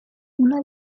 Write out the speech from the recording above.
una